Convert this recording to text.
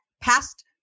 past